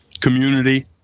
community